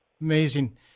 Amazing